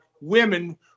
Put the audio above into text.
women